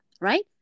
right